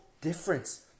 difference